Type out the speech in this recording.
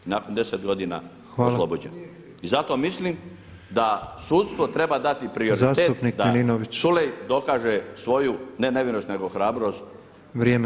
Nakon 10 godina oslobođen [[Upadica Petrov: Hvala.]] I zato mislim da sudstvo treba dati prioritet da Culej dokaže svoju ne nevinost nego hrabrost.